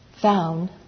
found